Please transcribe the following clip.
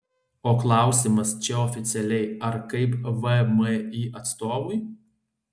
o klausimas čia oficialiai ar kaip vmi atstovui